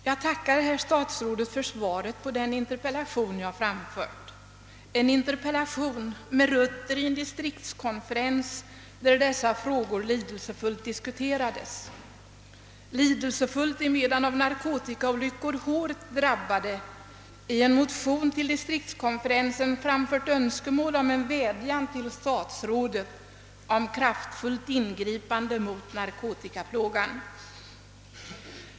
Herr talman! Jag tackar statsrådet för svaret på min interpellation. Anledningen till att jag framställde den var att jag deltog i en distriktskonferens, där dessa frågor livfullt diskuterades. Av narkotikaolyckor hårt drabbade människor hade i en motion till konferensen framfört önskemål om en vädjan till statsrådet om kraftfullt ingripande mot narkotikaplågan.